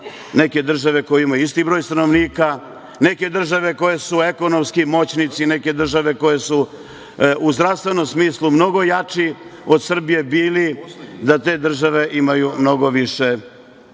neke države koje imaju isti broj stanovnika, neke države koje su ekonomski moćnici, neke države koje su u zdravstvenom smislu mnogo jače od Srbije bile, da te države imaju mnogo više